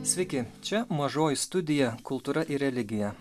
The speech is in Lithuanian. sveiki čia mažoji studija kultūra ir religija